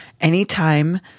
Anytime